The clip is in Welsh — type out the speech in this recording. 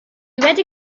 wedi